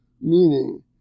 meaning